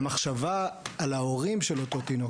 המחשבה על ההורים של אותו תינוק,